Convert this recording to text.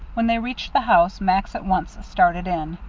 when they reached the house, max at once started in.